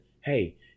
hey